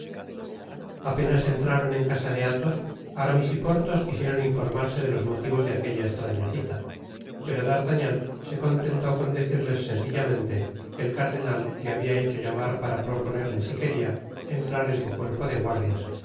apenas entraron en casa de athos aramis y porthos quisieron informarse de los motivos de aquella estraña cita pero d'artagnan se contentó con decirles sencillamente que el cardenal le habia hecho llamar para proponerle si queria entrar en su cuerpo de guardias